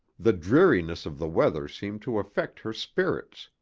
the dreariness of the weather seemed to affect her spirits.